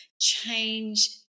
change